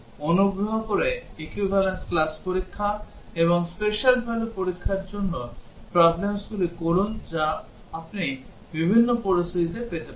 অনুগ্রহ করে equivalence class পরীক্ষা এবং special value পরীক্ষা করার জন্য problemsগুলি করুন যা আপনি বিভিন্ন পরিস্থিতিতে পেতে পারেন